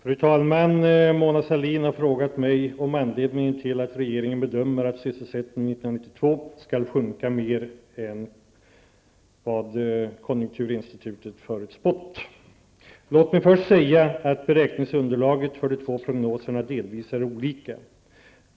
Fru talman! Mona Sahlin har frågat om anledningen till att regeringen bedömer att sysselsättningen 1992 skall sjunka mer än vad konjunkturinstitutet förutspått. Låt mig först säga att beräkningsunderlaget för de två prognoserna delvis är olika.